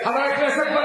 אתה אמרת את זה.